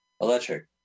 electric